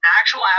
actual